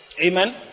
Amen